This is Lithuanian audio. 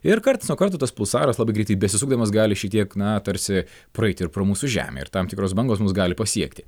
ir karts nuo karto tas pulsaras labai greitai besisukdamas gali šiek tiek na tarsi praeiti ir pro mūsų žemę ir tam tikros bangos mus gali pasiekti